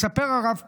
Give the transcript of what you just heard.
מספר הרב כהן.